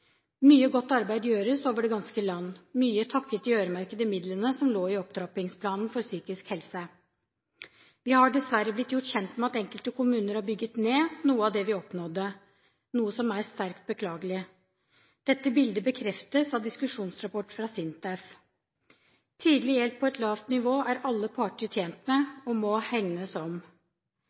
Mye godt arbeid gjøres over det ganske land, mye takket være de øremerkede midlene som lå i Opptrappingsplanen for psykisk helse. Vi har dessverre blitt gjort kjent med at enkelte kommuner har bygget ned noe av det vi oppnådde, noe som er sterkt beklagelig. Dette bildet bekreftes av diskusjonsrapport fra SINTEF. Tidlig hjelp på et lavt nivå er alle parter tjent med, og det må hegnes om.